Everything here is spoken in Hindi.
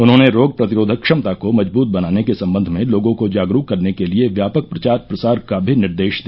उन्होंने रोग प्रतिरोधक क्षमता को मजबूत बनाने के सम्बन्ध में लोगों को जागरूक करने के लिये व्यापक प्रचार प्रसार का भी निर्देश दिया